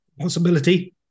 possibility